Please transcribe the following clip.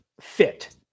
fit